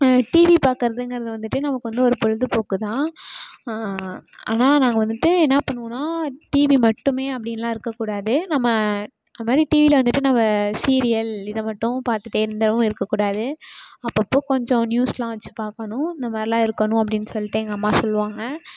TV பார்க்கறதுங்கறது வந்துட்டு நமக்கு வந்து ஒரு பொழுதுபோக்கு தான் ஆனால் நாங்கள் வந்துட்டு என்ன பண்ணுவோன்னால் டிவி மட்டுமே அப்படிலாம் இருக்கக் கூடாது நம்ம அந்த மாதிரி டிவியில் வந்துட்டு நம்ம சீரியல் இதை மட்டும் பார்த்துட்டே இருந்திரவும் இருக்கக்கூடாது அப்பப்போ கொஞ்சம் நியூஸெலாம் வைச்சு பார்க்கணும் இந்த மாதிரிலாம் இருக்கணும் அப்படின்னு சொல்லிட்டு எங்கள் அம்மா சொல்வாங்க